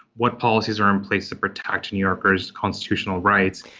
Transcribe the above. what policies are in place to protect new yorkers constitutional rights?